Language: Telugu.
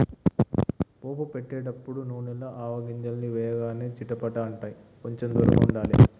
పోపు పెట్టేటపుడు నూనెల ఆవగింజల్ని వేయగానే చిటపట అంటాయ్, కొంచెం దూరంగా ఉండాలే